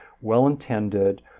well-intended